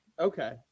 Okay